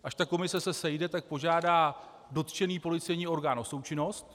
Až se ta komise sejde, požádá dotčený policejní orgán o součinnost.